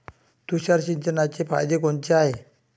तुषार सिंचनाचे फायदे कोनचे हाये?